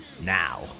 now